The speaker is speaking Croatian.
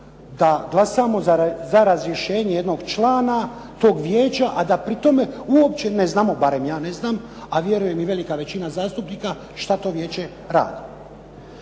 da glasamo za razrješenje jednog člana toga vijeća, a da pri tome uopće ne znamo, barem ja ne znam, a vjerujem i velika većina zastupnika što to vijeće radi.